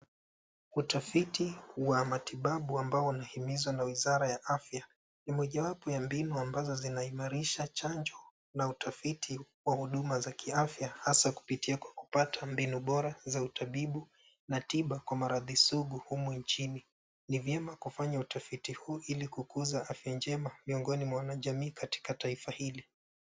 Utafiti wa matibabu ambao umehimizwa na wizara ya afya ni mojawapo ya mbinu ambazo zinaimarisha chanjo na utafiti wa huduma za kiafya hasa kupitia kwa kupata mbinu bora za utabibu na tiba kwa maradhi sugu humu nchini. Ni vyema kufanya utafiti huu ili kukuza afya njema miongoni mwa wanajamii katika taifa hili.